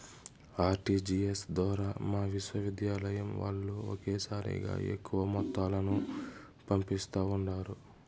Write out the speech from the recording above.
RTGS ద్వారా మా విశ్వవిద్యాలయం వాల్లు ఒకేసారిగా ఎక్కువ మొత్తాలను పంపిస్తా ఉండారు